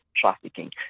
trafficking